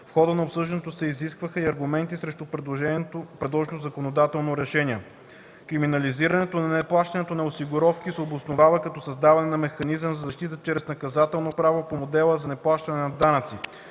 В хода на обсъждането се изказаха и аргументи срещу предложеното законодателно решение. Криминализирането на неплащането на осигуровки се обосновава като създаване на механизъм за защита чрез наказателното право по модела за неплащане на данъци.